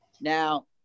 Now